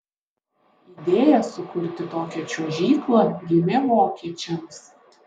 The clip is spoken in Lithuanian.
idėja sukurti tokią čiuožyklą gimė vokiečiams